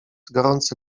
gorący